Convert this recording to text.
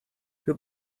who